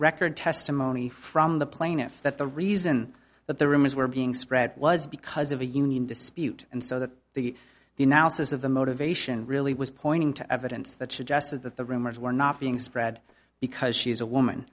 record testimony from the plaintiff that the reason that the rumors were being spread was because of a union dispute and so that the the analysis of the motivation really was pointing to evidence that suggested that the rumors were not being spread because she's a woman